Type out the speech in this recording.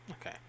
Okay